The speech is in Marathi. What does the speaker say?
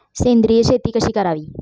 सेंद्रिय शेती कशी करावी?